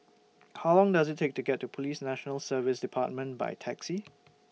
How Long Does IT Take to get to Police National Service department By Taxi